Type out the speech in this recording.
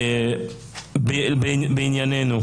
לענייננו,